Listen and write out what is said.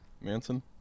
Manson